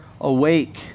awake